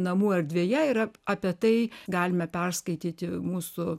namų erdvėje yra apie tai galime perskaityti mūsų